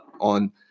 on